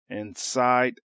Inside